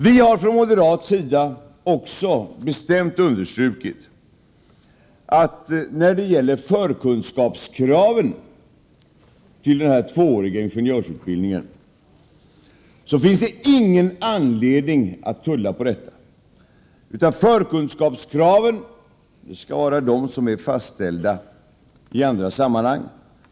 Vi har från moderat sida också bestämt understrukit att det inte finns någon anledning att tulla på förkunskapskraven till den tvååriga ingenjörsutbildningen, utan förkunskapskraven skall vara de som är fastställda i andra sammanhang.